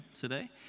today